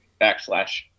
backslash